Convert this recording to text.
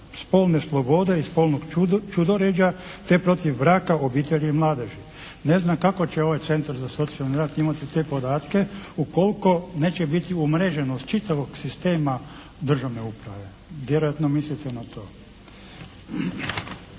spolne slobode i spolnog ćudoređa te protiv braka, obitelji i mladeži.". Ne znam kako će ovaj centar za socijalni rad imati te podatke ukoliko neće biti umreženost čitavog sistema državne uprave. Vjerojatno mislite na to.